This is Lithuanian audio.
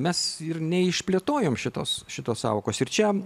mes ir neišplėtojom šitos šitos sąvokos ir čia